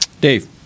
Dave